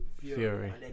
Fury